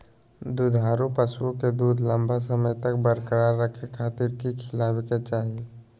दुधारू पशुओं के दूध लंबा समय तक बरकरार रखे खातिर की खिलावे के चाही?